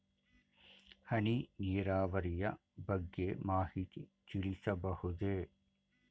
ಹನಿ ನೀರಾವರಿಯ ಬಗ್ಗೆ ಮಾಹಿತಿ ತಿಳಿಸಬಹುದೇ?